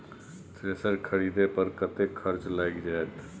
Thresher खरीदे पर कतेक खर्च लाईग जाईत?